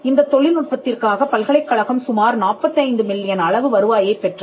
இந்தத் தொழில்நுட்பத்திற்காக பல்கலைக்கழகம் சுமார் 45 மில்லியன் அளவு வருவாயைப் பெற்றது